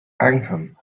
angham